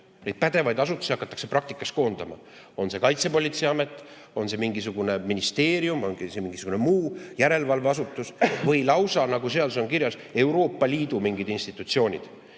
pädevaid asutusi hakatakse praktikas koondama, on see Kaitsepolitseiamet, on see mõni ministeerium, on see mingisugune muu järelevalveasutus või lausa, nagu seaduses on kirjas, Euroopa Liidu institutsioonid.